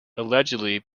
allegedly